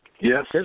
Yes